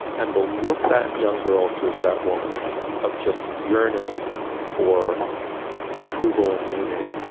and the look that young girl gives that woman of just yearning for approval and meaning.